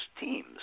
teams